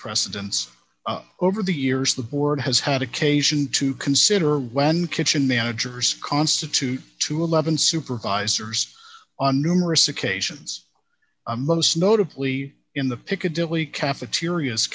precedence over the years the board has had occasion to consider when kitchen managers constitute to eleven supervisors on numerous occasions a most notably in the piccadilly cafeterias